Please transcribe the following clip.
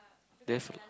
definite